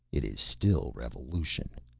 it is still revolution.